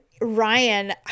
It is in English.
Ryan